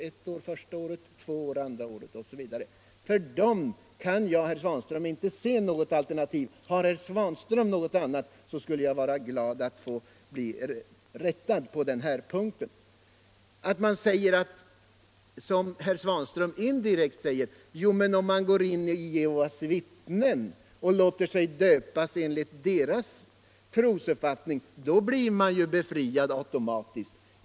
En månad första året, två månader andra året osv. För dem kan jag inte se något annat alternativ än fängelse. Känner herr Svanström till något annat, skulle jag vara glad att bli rättad på den punkten. Indirekt säger herr Svanström att om man går in i Jehovas vittnen och låter sig döpas enligt deras trosuppfattning blir man automatiskt befriad.